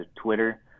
Twitter